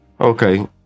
Okay